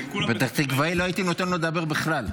לא הייתי נותן לו לדבר בכלל,